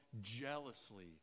jealously